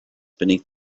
beneath